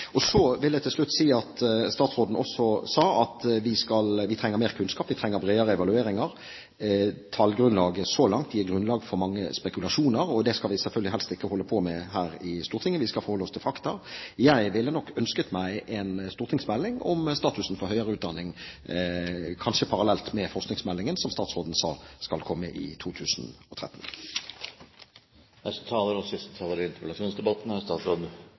Så vil jeg til slutt si: Statsråden sa også at vi trenger mer kunnskap, vi trenger bredere evalueringer. Tallgrunnlaget så langt gir grunnlag for mange spekulasjoner, og det skal vi selvfølgelig helst ikke holde på med her i Stortinget, vi skal forholde oss til fakta. Jeg ville nok ønsket meg en stortingsmelding om statusen for høyere utdanning, kanskje parallelt med forskningsmeldingen, som statsråden sa skal komme i 2013. Som interpellanten sa i sitt første innlegg, ligger det mange temaer i